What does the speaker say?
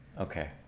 Okay